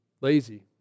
lazy